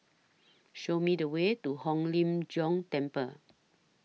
Show Me The Way to Hong Lim Jiong Temple